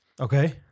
Okay